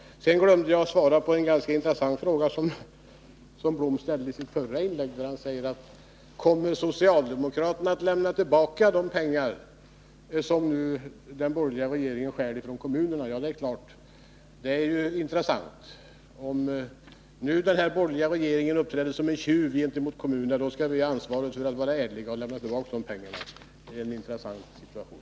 Jag glömde att svara på en ganska intressant fråga som Lennart Blom ställde i sitt förra inlägg. Han undrade: Kommer socialdemokraterna att lämna tillbaka de pengar som nu den borgerliga regeringen stjäl från kommunerna? När nu den borgerliga regeringen uppträder som en tjuv gentemot kommunerna, då skall vi vara ärliga och ha ansvar för att de får tillbaka pengarna! Det är en intressant situation.